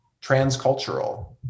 transcultural